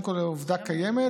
קודם כול הן עובדה קיימת,